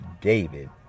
david